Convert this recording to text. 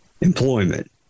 employment